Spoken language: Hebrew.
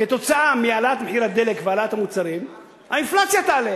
כתוצאה מהעלאת מחיר הדלק והעלאת מחירי המוצרים האינפלציה תעלה.